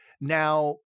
Now